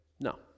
No